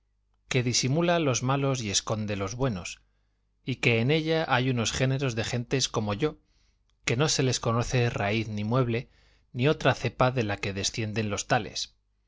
que disimula los malos y esconde los buenos y que en ella hay unos géneros de gentes como yo que no se les conoce raíz ni mueble ni otra cepa de la que descienden los tales